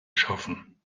schaffen